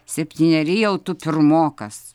septyneri jau tu pirmokas